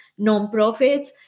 nonprofits